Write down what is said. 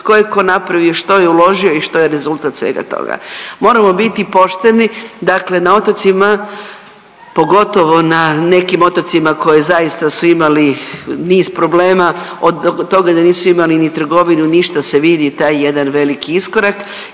tko je tko napravio, što je uložio i što je rezultat svega toga. Moramo biti pošteni, dakle na otocima pogotovo na nekim otocima koji zaista su imali niz problema od toga da nisu imali ni trgovinu, ništa se vidi taj jedan veliki iskorak